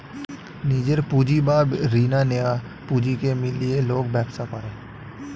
নিজের পুঁজি এবং রিনা নেয়া পুঁজিকে মিলিয়ে লোক ব্যবসা করে